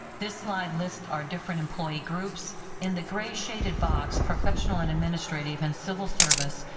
this slide lists our different employee groups in the gray shaded box, professional, and administrative, and civil service,